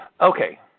Okay